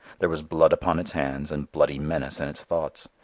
there was blood upon its hands and bloody menace in its thoughts.